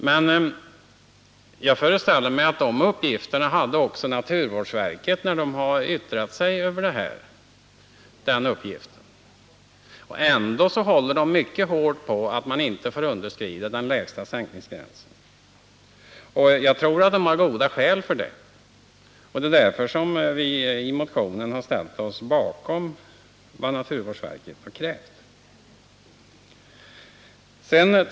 Men jag föreställer mig att de uppgifterna hade även naturvårdsverket, när det yttrade sig över detta ärende. Ändå håller verket på att man inte får underskrida den lägsta nivån. Jag tror att verket har goda skäl härför. Därför har vi i vår motion ställt-oss bakom vad naturvårdsverket har krävt.